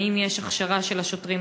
האם יש הכשרה של השוטרים?